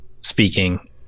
speaking